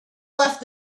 left